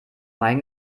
main